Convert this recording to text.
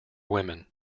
women